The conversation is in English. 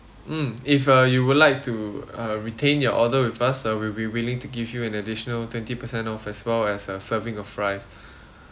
mm if uh you would like to uh retain your order with us uh we'll be willing to give you an additional twenty percent off as well as a serving of fries